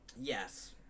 Yes